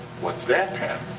what's that pattern?